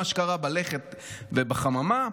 מה שקרה בלכת ובחממה.